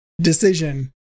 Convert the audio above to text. decision